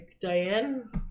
Diane